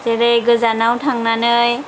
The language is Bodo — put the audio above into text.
जेरै गोजानाव थांनानै